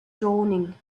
dawning